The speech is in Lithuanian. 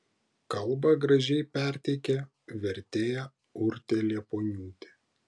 kalbą gražiai perteikė vertėja urtė liepuoniūtė